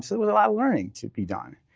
there was a lot of learning to be done.